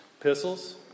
epistles